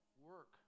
work